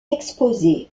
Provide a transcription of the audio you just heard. exposée